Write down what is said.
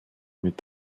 mit